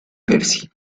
percy